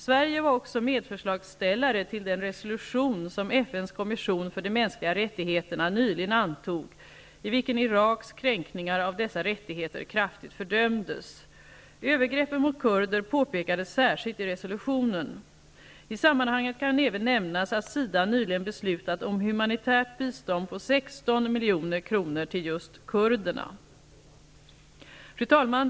Sverige var också medförslagsställare till den resolution som FN:s kommission för de mänskliga rättigheterna nyligen antog och i vilken Iraks kränkningar av dessa rättigheter kraftigt fördömdes. Övergreppen mot kurder påpekades särskilt i resolutionen. I sammanhanget kan även nämnas att SIDA nyligen beslutat om humanitärt bistånd på 16 milj.kr. till just kurderna. Fru talman!